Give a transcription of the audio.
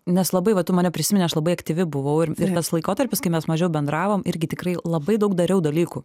nes labai va tu mane prisimini aš labai aktyvi buvau ir tas laikotarpis kai mes mažiau bendravom irgi tikrai labai daug dariau dalykų